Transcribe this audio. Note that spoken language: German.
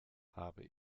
habe